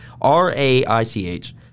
R-A-I-C-H